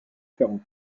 ferrand